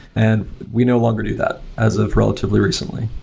and we no longer do that as of relatively recently.